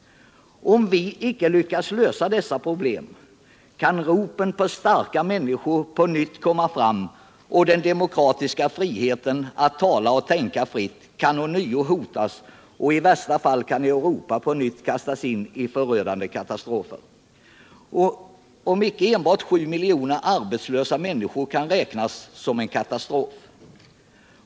Om vi icke lyckas lösa dessa problem, kan ropen på starka människor på nytt höras och den demokratiska rättigheten att tala och tänka fritt ånyo hotas. I värsta fall kan Europa återigen kastas in i förödande katastrofer, om icke enbart 7 miljoner arbetslösa människor kan räknas som en katastrof.